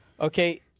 Okay